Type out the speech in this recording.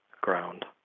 ground